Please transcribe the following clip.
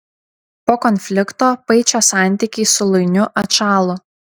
po konflikto paičio santykiai su luiniu atšalo